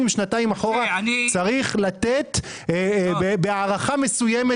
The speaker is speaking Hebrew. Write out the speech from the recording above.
עם שנתיים אחורה צריך לתת בהערכה מסוימת,